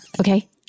Okay